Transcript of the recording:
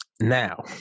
Now